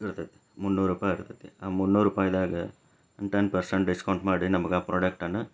ಇರತೈತಿ ಮುನ್ನೂರು ರೂಪಾಯಿ ಆಗತೈತಿ ಆ ಮುನ್ನೂರು ರೂಪಾಯಿದಾಗ ಟೆನ್ ಪರ್ಸೆಂಟ್ ಡಿಸ್ಕೌಂಟ್ ಮಾಡಿ ನಮಗಾ ಪ್ರಾಡಕ್ಟನ್ನು